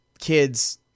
kids